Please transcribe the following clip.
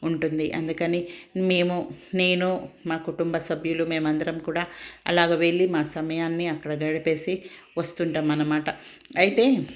ఉంటుంది అందుకని మేము నేను మా కుటుంబ సభ్యులు మేమందరం కూడా అలాగ వెళ్ళి మా సమయాన్ని అక్కడ గడిపేసి వస్తుంటాం అనమాట అయితే